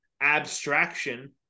abstraction